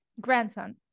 grandson